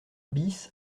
bis